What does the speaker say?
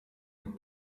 een